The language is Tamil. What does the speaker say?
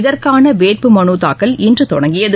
இதற்கான வேட்பு மலு தாக்கல் இன்று தொடங்கியது